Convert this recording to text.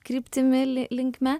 kryptimi li linkme